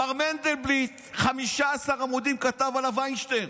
מר מנדלבליט, 15 עמודים כתב עליו וינשטיין.